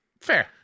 Fair